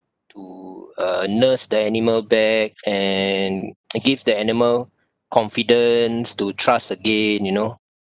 to uh nurse the animal back and and give the animal confidence to trust again you know